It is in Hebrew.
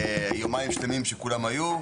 יומיים שלמים שכולם היו.